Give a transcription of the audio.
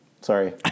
Sorry